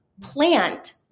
plant